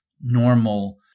normal